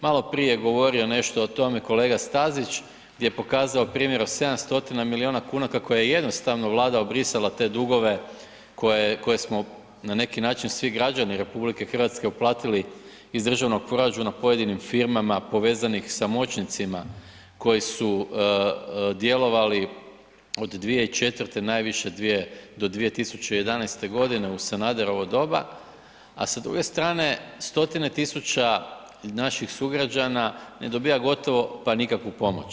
Maloprije je govorio nešto o tome kolega Stazić gdje je pokazao primjer od 700 milijuna kuna kako je jednostavno Vlada obrisala te dugove koje smo na neki način svi građani RH uplatili iz državnog proračuna pojedinim firmama povezanih sa moćnicima koji su djelovali od 2004., najviše do 2011.g. u Sanaderovo doba, a sa druge strane stotine tisuća naših sugrađana ne dobiva gotovo pa nikakvu pomoć.